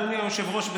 אדוני היושב-ראש,